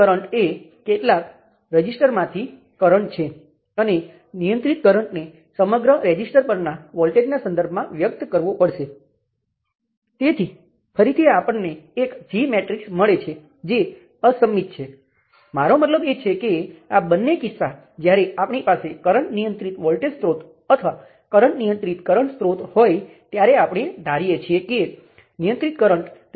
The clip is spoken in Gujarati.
અહીં આપણી પાસે કરંટ નિયંત્રિત વોલ્ટેજ સ્ત્રોત સાથે મેશ વિશ્લેષણ છે અને તે વોલ્ટેજ નિયંત્રિત વોલ્ટેજ સ્ત્રોત સાથેનાં નોડલ વિશ્લેષણ જેવું જ છે